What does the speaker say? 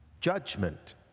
judgment